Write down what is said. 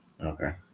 Okay